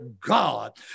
God